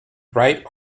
right